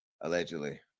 Allegedly